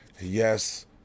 yes